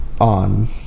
On